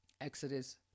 Exodus